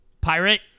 Pirate